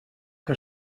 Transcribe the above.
que